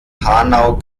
hanau